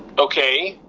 okay,